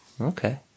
Okay